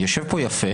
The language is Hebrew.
אני יושב פה יפה